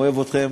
אוהב אתכם,